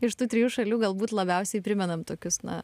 iš tų trijų šalių galbūt labiausiai primenam tokius na